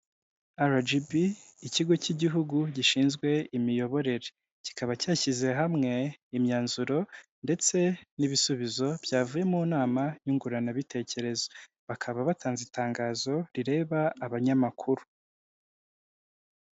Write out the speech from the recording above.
Arajibi ikigo cy'igihugu gishinzwe imiyoborere, kikaba cyashyize hamwe imyanzuro ndetse n'ibisubizo byavuye mu nama nyunguranabitekerezo. Bakaba batanze itangazo rireba abanyamakuru.